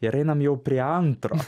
ir einam jau prie antro